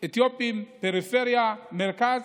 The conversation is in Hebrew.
אתיופים, פריפריה, מרכז.